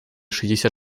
шестьдесят